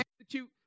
execute